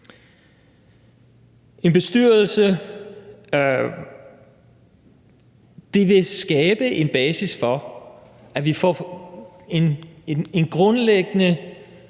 En bestyrelse vil skabe en basis for, at vi får en grundlæggende